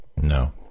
no